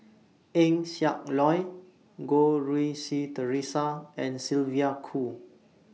Eng Siak Loy Goh Rui Si Theresa and Sylvia Kho